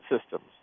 systems